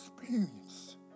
experience